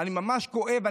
אני ממש כואב.